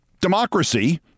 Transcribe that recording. democracy